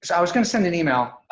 i was gonna send an email.